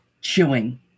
chewing